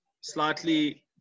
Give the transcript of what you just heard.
slightly